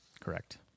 Correct